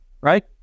Right